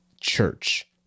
church